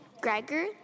Gregor